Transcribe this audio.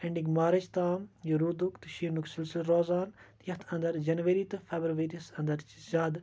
ending March تام یہِ روٗدُک تہٕ شیٖنُک سِلسل روزان تہٕ یَتھ انٛدر جَنؤری تہٕ فیٚبرؤریَس انٛدر چھِ زیادٕ